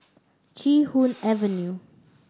Chee Hoon Avenue